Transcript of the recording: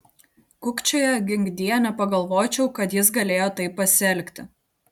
kukčioja ginkdie nepagalvočiau kad jis galėjo taip pasielgti